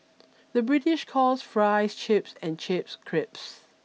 the British calls fries chips and chips crisps